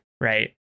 right